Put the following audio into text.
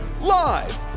Live